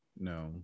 No